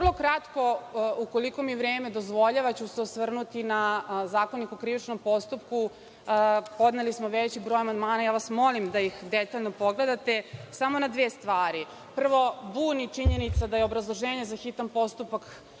kratko, ukoliko mi vreme dozvoljava, ću se osvrnuti na Zakonik o krivičnom postupku. Podneli smo veći broj amandmana. Ja vas molim da ih detaljno pogledate. Samo na dve stvari, prvo, buni činjenica da je obrazloženje za hitan postupak